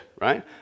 right